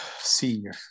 senior